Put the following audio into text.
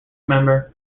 member